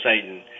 Satan